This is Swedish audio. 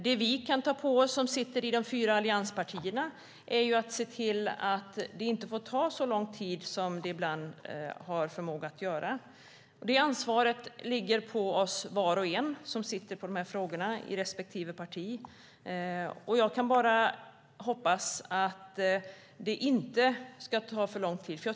Det vi som sitter i de fyra allianspartierna kan ta på oss är att se till att det inte tar så lång tid som det ibland har förmåga att göra. Det ansvaret ligger på var och en som sitter på de här frågorna i respektive parti. Jag kan bara hoppas att det inte tar för lång tid.